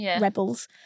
rebels